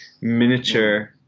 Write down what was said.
miniature